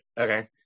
okay